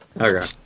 Okay